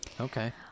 Okay